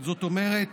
זאת אומרת